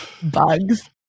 bugs